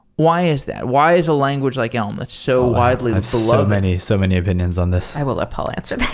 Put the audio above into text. why is that? why is a language like elm that's so widely beloved i have so many so many opinions on this. i will let paul answer that.